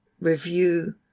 review